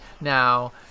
Now